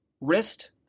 Wrist